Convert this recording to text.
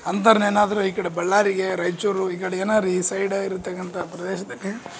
ಅಂಥವ್ರನ್ನ ಏನಾದರು ಈ ಕಡೆ ಬಳ್ಳಾರಿಗೆ ರಾಯ್ಚೂರು ಈ ಕಡೆ ಏನಾರು ಈ ಸೈಡ್ ಇರ್ತಕ್ಕಂಥ ಪ್ರದೇಶಕ್ಕೆ